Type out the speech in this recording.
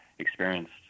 experienced